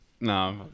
No